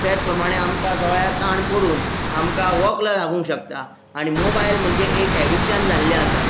त्याच प्रमाणे आमकां दोळ्यार ताण पडून आमकां वॉक्ल लागूंक शकता आनी मोबायल म्हणजे एक एडिक्शन जाल्लें आसा